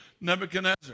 Nebuchadnezzar